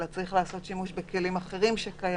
אלא צריך לעשות שימוש בכלים אחרים שקיימים,